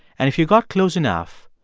and if you got close enough,